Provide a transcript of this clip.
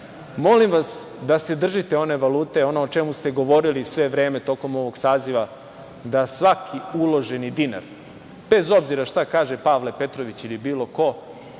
finansija, da se držite one valute, ono o čemu ste govorili sve vreme tokom ovog saziva da svaki uloženi dinar, bez obzira šta kaže Pavle Petrović ili bilo ko,